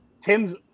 Tim's